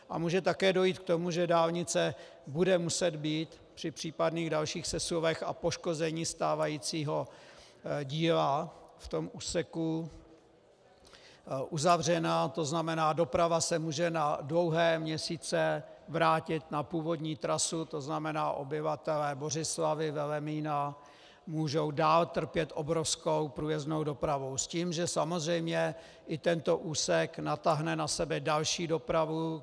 A může také dojít k tomu, že dálnice bude muset být při případných dalších sesuvech a poškození stávajícího díla v úseku uzavřena, to znamená, doprava se může na dlouhé měsíce vrátit na původní trasu, to znamená obyvatelé Bořislavi, Velemína můžou dál trpět obrovskou průjezdnou dopravou s tím, že samozřejmě i tento úsek na sebe natáhne další dopravu.